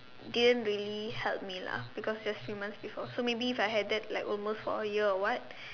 didn't really help me lah because it was few months before so maybe if I had that like almost for a year or what